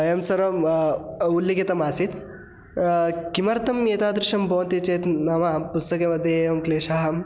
एवं सर्वं वा उल्लिखितमासीत् किमर्थम् एतादृशं भवन्ति चेत् नाम पुस्तकं मध्ये एवं क्लेशः